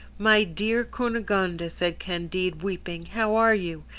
my dear cunegonde, said candide, weeping, how are you?